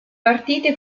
partite